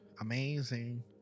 Amazing